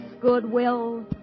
goodwill